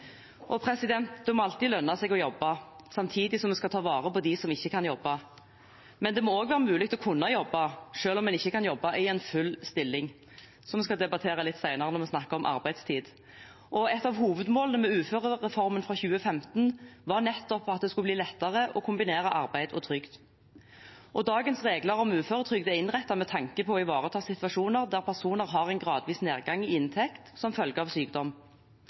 må alltid lønne seg å jobbe, samtidig som vi skal ta vare på dem som ikke kan jobbe. Det må også være mulig å kunne jobbe selv om man ikke kan jobbe i full stilling – som vi skal debattere litt senere når vi snakker om arbeidstid. Et av hovedmålene med uførereformen fra 2015 var nettopp at det skulle bli lettere å kombinere arbeid og trygd. Dagens regler om uføretrygd er innrettet med tanke på å ivareta situasjoner der personer har en gradvis nedgang i inntekt som følge av sykdom.